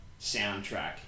soundtrack